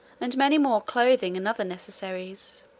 and many more cloathing and other necessaries.